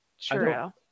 True